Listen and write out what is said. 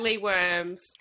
worms